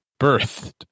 birthed